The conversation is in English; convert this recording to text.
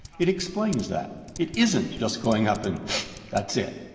it explains that. it isn't just going up and that's it.